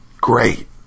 Great